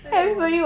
!aiyo!